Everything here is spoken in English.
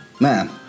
man